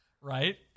Right